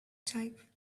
type